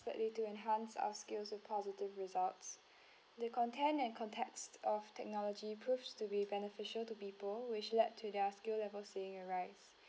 to enhance our skills with positive results the content and context of technology proves to be beneficial to people which led to their skill level seeing a rise